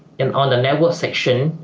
and on the network section,